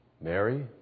Mary